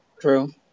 True